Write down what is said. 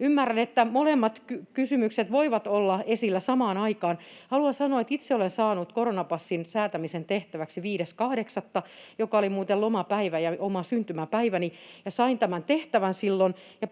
Ymmärrän, että molemmat kysymykset voivat olla esillä samaan aikaan. Haluan sanoa, että itse olen saanut koronapassin säätämisen tehtäväksi 5.8., joka oli muuten lomapäivä ja oma syntymäpäiväni.